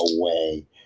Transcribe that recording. away